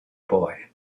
boy